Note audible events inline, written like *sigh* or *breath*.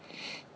*breath*